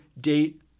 date